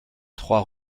trois